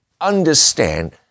understand